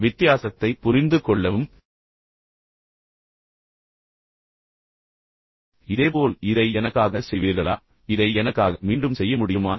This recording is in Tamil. வித்தியாசத்தை புரிந்து கொள்ளவும் இதேபோல் இதை எனக்காக செய்வீர்களா இதை எனக்காக மீண்டும் செய்ய முடியுமா